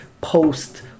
post